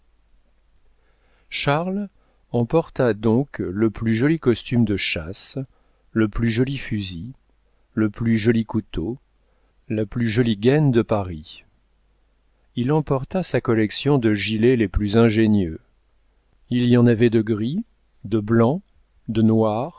charles emporta donc le plus joli costume de chasse le plus joli fusil le plus joli couteau la plus jolie gaîne de paris il emporta sa collection de gilets les plus ingénieux il y en avait de gris de blancs de noirs